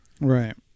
right